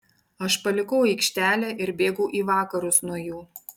aš palikau aikštelę ir bėgau į vakarus nuo jų